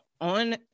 on